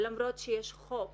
למרות שיש חוק